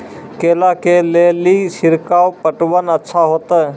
केला के ले ली छिड़काव पटवन अच्छा होते?